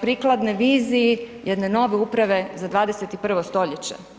prikladne viziji jedne nove uprave za 21. stoljeće.